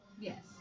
Yes